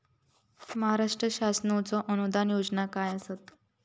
महाराष्ट्र शासनाचो अनुदान योजना काय आसत?